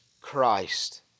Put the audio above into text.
Christ